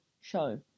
show